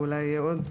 ואולי יהיה עוד חוק,